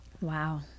Wow